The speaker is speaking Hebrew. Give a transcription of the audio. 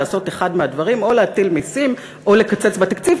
לעשות אחד מהדברים: או להטיל מסים או לקצץ בתקציב,